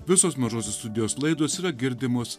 visos mažosios studijos laidos yra girdimos